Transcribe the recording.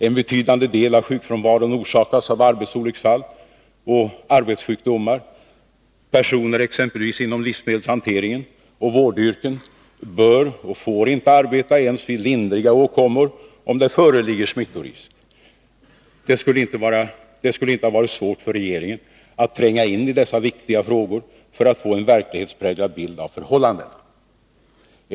En betydande del av sjukfrånvaron orsakas av arbetsolycksfall och arbetssjukdomar. Personer exempelvis inom livsmedelhanteringen och vårdyrken bör och får inte arbeta ens vid lindriga åkommor om det föreligger smittorisk. Det skulle inte ha varit svårt för regeringen att tränga in i dessa viktiga frågor för att få en verklighetspräglad bild av förhållandena.